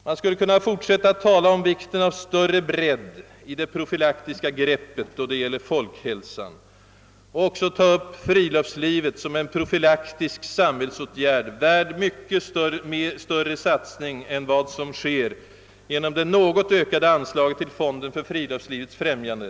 Man skulle kunna fortsätta att tala om vikten av större bredd i det profylaktiska greppet då det gäller folkhälsan och även ta upp friluftslivet som en profylaktisk åtgärd, värd mycket större satsning än den blivit föremål för genom det bara något ökade anslaget till fonden för friluftslivets främjande.